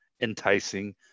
enticing